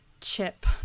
Chip